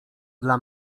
dla